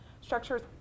structures